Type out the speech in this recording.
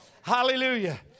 Hallelujah